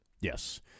Yes